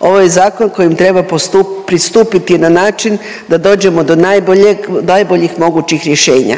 ovo je zakon kojem treba pristupiti na način da dođemo do najboljih mogućih rješenja.